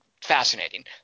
fascinating